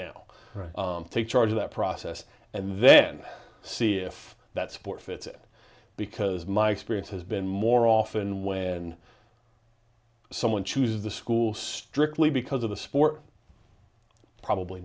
now take charge of that process and then see if that support fits it because my experience has been more often when someone chooses the school strictly because of the sport probably